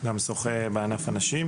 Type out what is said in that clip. גם נשים.